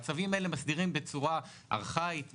והצווים האלה מסדירים בצורה ארכאית ומיושנת,